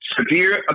Severe